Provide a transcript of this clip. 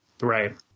Right